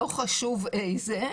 לא חשוב איזה,